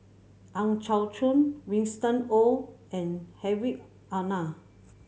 Ang Chau Choon Winston Oh and Hedwig Anuar